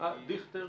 אה.